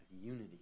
unity